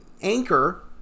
anchor